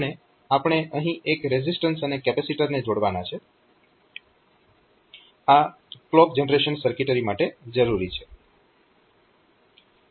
અને આપણે અહીં એક રેઝિસ્ટન્સ અને કેપેસિટરને જોડવાના છે આ ક્લોક જનરેશન સર્કિટરી માટે જરૂરી છે